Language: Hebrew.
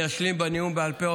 אני אשלים בנאום בעל פה.